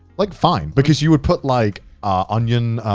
like, fine. because you would put like onion,